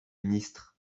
ministre